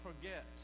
forget